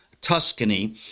Tuscany